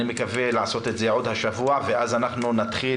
אני מקווה לעשות את זה עוד השבוע ואז אנחנו נתחיל